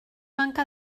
manca